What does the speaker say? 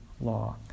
law